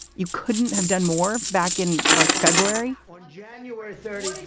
you couldn't have done more back in like february, on january thirty,